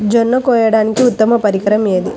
జొన్న కోయడానికి ఉత్తమ పరికరం ఏది?